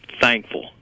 thankful